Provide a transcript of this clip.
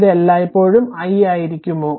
ഇത് എല്ലായ്പ്പോഴും i ആയിരിക്കുമോ